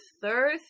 third